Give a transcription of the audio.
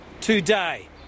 today